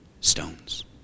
stones